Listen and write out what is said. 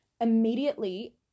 immediately